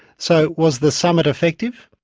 so was the summit effective?